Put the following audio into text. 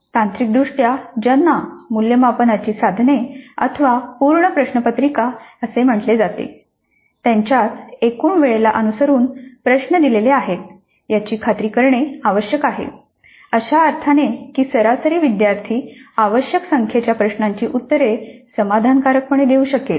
तांत्रिक दृष्ट्या ज्यांना मूल्यमापनाची साधने अथवा पूर्ण प्रश्नपत्रिका असे म्हटले जाते त्यांच्यात एकूण वेळेला अनुसरून प्रश्न दिलेले आहेत याची खात्री करणे आवश्यक आहे अशा अर्थाने की सरासरी विद्यार्थी आवश्यक संख्येच्या प्रश्नांची उत्तरे समाधानकारकपणे देऊ शकेल